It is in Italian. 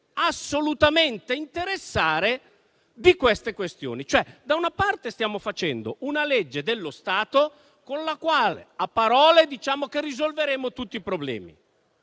non si deve assolutamente interessare di tali questioni. Da una parte, stiamo facendo una legge dello Stato, con la quale a parole diciamo che risolveremo tutti i problemi;